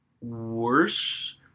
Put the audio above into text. worse